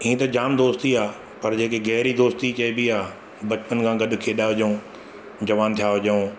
हीअं त जाम दोस्ती आहे पर जेकी गहरी दोस्ती चइबी आहे बचपन खां गॾु खेॾा हुजऊं जवान थिआ हुजऊं